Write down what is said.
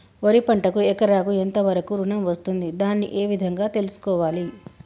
వరి పంటకు ఎకరాకు ఎంత వరకు ఋణం వస్తుంది దాన్ని ఏ విధంగా తెలుసుకోవాలి?